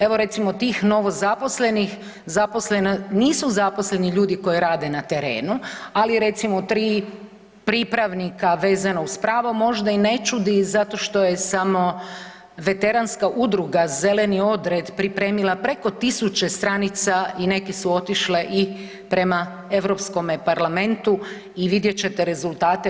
Evo recimo tih novozaposlenih nisu zaposleni ljudi koji rade na terenu, ali recimo 3 pripravnika vezano uz pravo možda i ne čudi zato što je samo Veteranska udruga Zeleni odred pripremila preko tisuću stranica i neke su otišle i prema Europskom parlamentu i vidjet ćete rezultate.